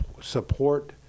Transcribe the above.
support